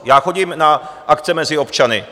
Já chodím na akce mezi občany.